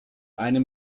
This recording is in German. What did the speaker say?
eine